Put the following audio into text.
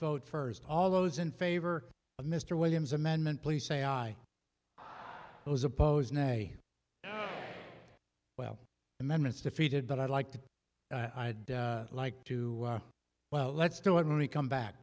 vote first all those in favor of mr williams amendment please say i was oppose nay well amendments defeated but i'd like to i'd like to well let's do it when we come back